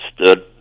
Stood